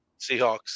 Seahawks